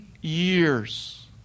years